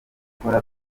gukora